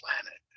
planet